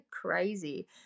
crazy